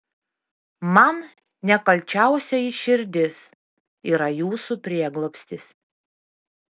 man nekalčiausioji širdis yra jūsų prieglobstis